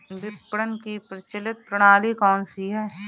विपणन की प्रचलित प्रणाली कौनसी है?